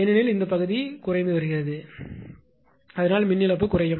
ஏனெனில் இந்த பகுதி சரியாக குறைந்து வருகிறது இந்த பகுதி குறைந்து வருகிறது அதனால் மின் இழப்பு குறையும்